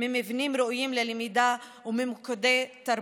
ממבנים ראויים ללמידה וממוקדי תרבות.